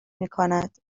میکند